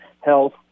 health